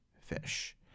fish